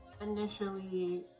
initially